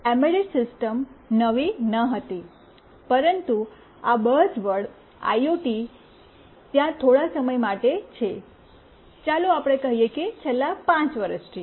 embedded system નવી ન હતી પરંતુ આ બઝવર્ડ આઈઓટી ત્યાં થોડો સમય માટે છે ચાલો આપણે કહીએ કે છેલ્લા 5 વર્ષથી